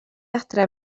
adre